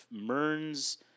Mern's